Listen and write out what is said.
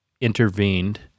intervened